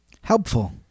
Helpful